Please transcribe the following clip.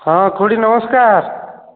ହଁ ଖୁଡ଼ି ନମସ୍କାର